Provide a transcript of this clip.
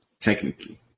Technically